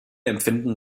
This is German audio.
empfinden